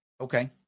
Okay